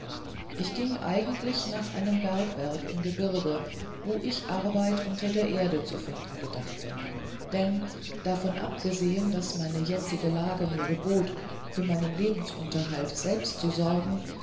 ich ging eigentlich nach einem bergwerk im gebirge wo ich arbeit unter der erde zu finden gedachte denn davon abgesehen daß meine jetzige lage mir gebot für meinen lebensunterhalt selbst zu sorgen